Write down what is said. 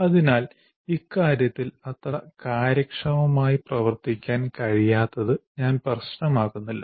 അതിനാൽ ഇക്കാര്യത്തിൽ അത്ര കാര്യക്ഷമമായി പ്രവർത്തിക്കാൻ കഴിയാത്തത് ഞാൻ പ്രശ്നമാക്കുന്നില്ല